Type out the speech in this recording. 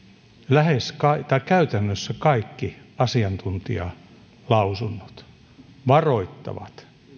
käytännössä kaikki asiantuntijalausunnot varoittavat